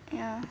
ya